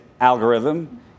algorithm